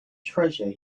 treasure